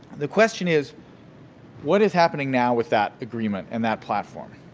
the question is what is happening now with that agreement and that platform?